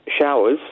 showers